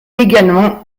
également